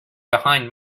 behind